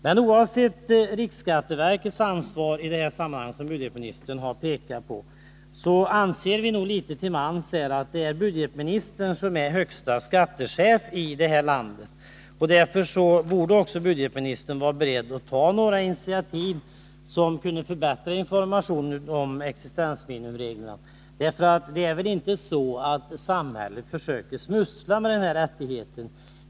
Men oavsett riksskatteverkets ansvar i det här sammanhanget, som budgetministern har pekat på, anser vi nog litet till mans att det är budgetministern som är högste skattechef i det här landet. Därför borde också budgetministern vara beredd att ta några initiativ som kunde förbättra informationen om existensminimumreglerna. För det är väl inte så att samhället försöker smussla med den här rättigheten?